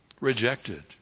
rejected